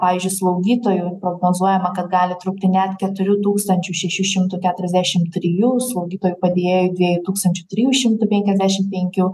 pavyzdžiui slaugytojų ir prognozuojama kad gali trūkti net keturių tūkstančių šešių šimtų keturiasdešimt trijų slaugytojų padėjėjų dviejų tūkstančių trijų šimtų penkiasdešimt penkių